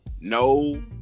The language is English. no